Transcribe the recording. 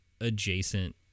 adjacent